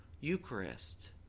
Eucharist